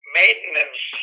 maintenance